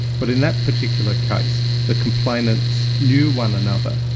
but in that particular case the complainants knew one another,